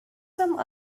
some